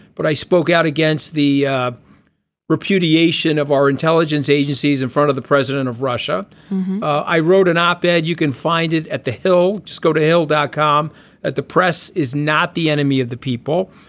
but i spoke out against the repudiation of our intelligence agencies in front of the president of russia i wrote an op ed you can find it at the hill just go to hill dot com at the press is not the enemy of the people.